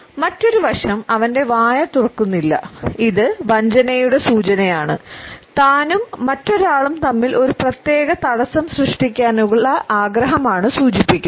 മറ്റൊരു വശം അവന്റെ വായ തുറക്കുന്നില്ല ഇത് വഞ്ചനയുടെ സൂചനയാണ് താനും മറ്റൊരാളും തമ്മിൽ ഒരു പ്രത്യേക തടസ്സം സൃഷ്ടിക്കാനുള്ള ആഗ്രഹം ആണ് സൂചിപ്പിക്കുന്നത്